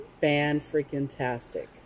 fan-freaking-tastic